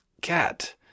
cat